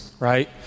right